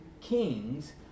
kings